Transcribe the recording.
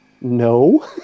No